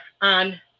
on